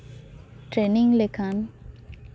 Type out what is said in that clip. training ᱞᱮᱠᱷᱟᱱ